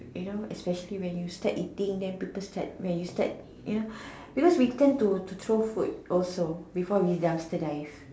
you know especially when you start eating then people start when you start you know because we tend to to throw food also before we dumpster dive